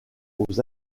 aux